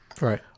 Right